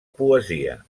poesia